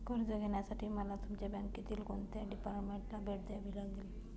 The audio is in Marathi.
कर्ज घेण्यासाठी मला तुमच्या बँकेतील कोणत्या डिपार्टमेंटला भेट द्यावी लागेल?